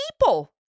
people